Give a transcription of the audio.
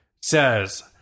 says